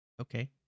okay